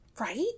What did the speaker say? right